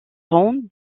rangs